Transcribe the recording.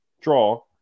draw